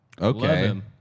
Okay